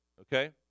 okay